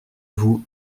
vous